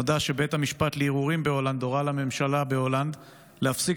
נודע שבית המשפט לערעורים בהולנד הורה לממשלה בהולנד להפסיק